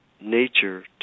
nature